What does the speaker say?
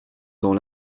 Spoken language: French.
dans